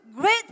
great